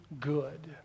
good